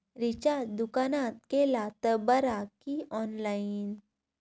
Recharge दुकानात केला तर बरा की ऑनलाइन?